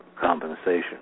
compensation